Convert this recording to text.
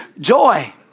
Joy